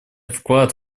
вклад